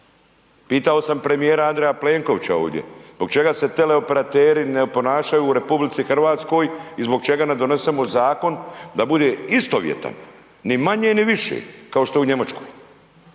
Pitao sam premijera Andreja Plenkovića ovdje, zbog čega se teleoperateri ne ponašaju u RH i zbog čega ne donesemo zakon da bude istovjetan, ni manje ni više, kao što je u Njemačkoj.